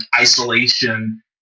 isolation